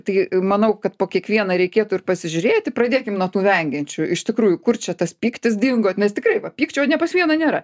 tai manau kad po kiekvieną reikėtų ir pasižiūrėti pradėkim nuo tų vengiančių iš tikrųjų kur čia tas pyktis dingo nes tikrai pykčio ne pas vieną nėra